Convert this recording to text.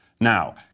Now